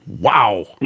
Wow